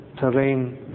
terrain